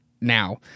now